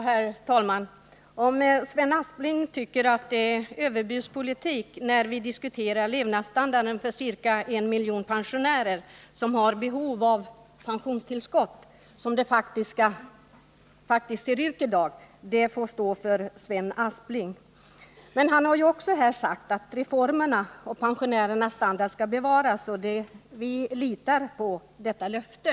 Herr talman! Om Sven Aspling tycker att vi för en överbudspolitik när vi diskuterar levnadsstandarden för ca en miljon pensionärer som har behov av pensionstillskott i dagens faktiska läge, får det stå för Sven Aspling. Men han har också sagt att reformerna och pensionärernas standard skall bevaras, och vi litar på detta löfte.